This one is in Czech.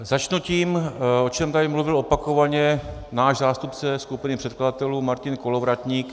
Začnu tím, o čem tady mluvil opakovaně náš zástupce skupiny předkladatelů Martin Kolovratník.